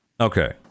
okay